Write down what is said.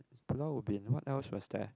Pulau-Ubin what else was there